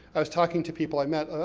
i was talking to people i met,